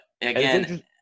again